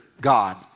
God